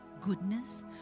goodness